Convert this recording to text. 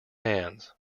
hands